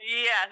Yes